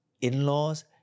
in-laws